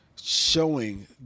showing